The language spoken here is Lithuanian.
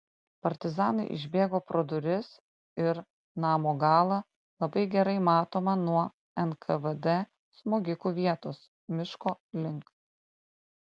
partizanai išbėgo pro duris ir namo galą labai gerai matomą nuo nkvd smogikų vietos miško link